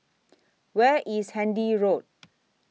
Where IS Handy Road